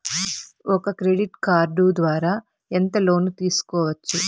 ఒక credit card ద్వారా ఎంత లోను తీసుకోవచ్చు?